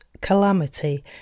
calamity